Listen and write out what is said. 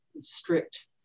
strict